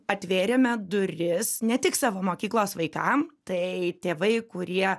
atvėrėme duris ne tik savo mokyklos vaikam tai tėvai kurie